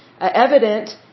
evident